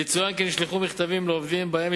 יצוין כי נשלחו מכתבים לעובדים ובהם הם